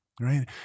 right